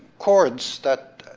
cords that.